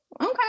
Okay